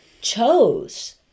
chose